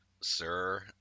sir